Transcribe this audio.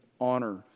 honor